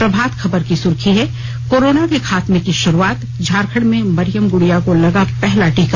प्रभात खबर की सुर्खी है कोरोना के खात्मे की भारूआत झारखंड में मरियम गुड़िया को लगा पहला टीका